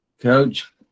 coach